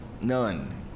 none